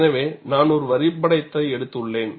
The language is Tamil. எனவே நான் ஒரு வரைபடத்தை எடுத்துள்ளேன்